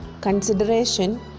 consideration